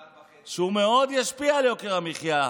1.5. שהוא מאוד ישפיע על יוקר המחיה,